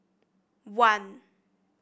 one